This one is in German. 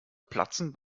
platzen